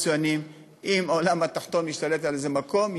אם העולם התחתון משתלט על איזה מקום,